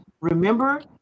remember